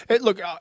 Look